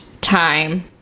time